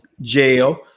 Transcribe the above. jail